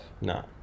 No